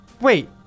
Wait